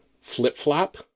flip-flop